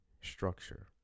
structure